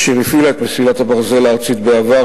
אשר הפעילה את מסילת הברזל הארצית בעבר,